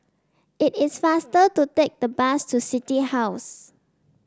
it is faster to take the bus to City House